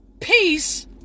peace